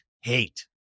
Hate